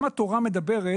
גם התורה לא מדברת